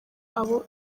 abo